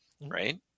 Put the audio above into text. right